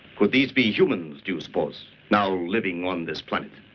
could these be humans do you suppose now living on this planet?